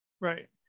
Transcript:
Right